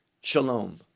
Shalom